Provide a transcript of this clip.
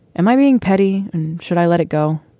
am i being petty? and should i let it go?